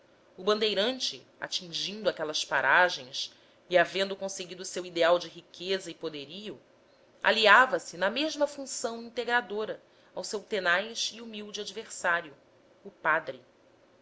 o bandeirante atingindo aquelas paragens e havendo conseguido o seu ideal de riqueza e poderio aliava se na mesma função integradora ao seu tenaz e humilde adversário o padre